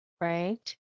right